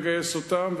מגייס אותם,